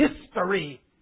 History